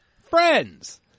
Friends